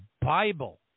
Bible